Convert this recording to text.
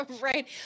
Right